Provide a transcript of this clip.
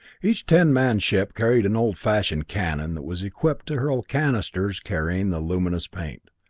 each ten-man ship carried an old-fashioned cannon that was equipped to hurl cannisters carrying the luminous paint.